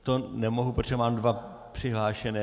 To nemohu, protože mám dva přihlášené.